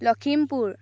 Lakhimpur